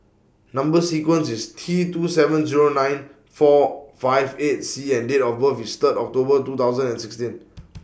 Number sequence IS T two seven Zero nine four five eight C and Date of birth IS Third October two thousand and sixteen